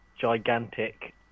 gigantic